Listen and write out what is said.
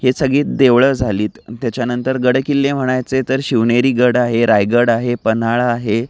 ही सगळी देवळं झाली आहेत त्याच्यानंतर गडकिल्ले म्हणायचे तर शिवनेरीगड आहे रायगड आहे पन्हाळा आहे